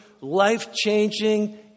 life-changing